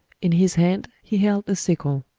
in his hand he held a sickle.